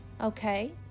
Okay